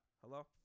Hello